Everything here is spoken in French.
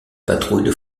patrouille